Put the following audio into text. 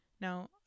Now